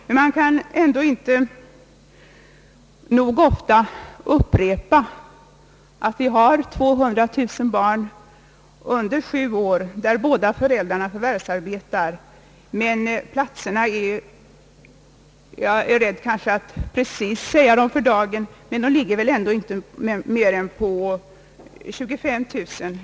Men man kan ändå inte nog ofta upprepa att vi har 200 000 barn under sju års ålder, vilkas föräldrar båda förvärvsarbetar, men antalet platser på daghem och familjedaghem torde tillsammans inte uppgå till mer än knappa 25 000.